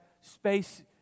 space